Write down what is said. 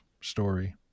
story